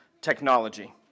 technology